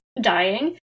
dying